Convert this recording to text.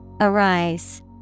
Arise